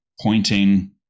pointing